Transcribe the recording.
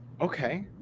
Okay